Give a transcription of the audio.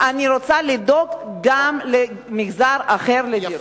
אני רוצה לדאוג גם למגזר אחר לדירות.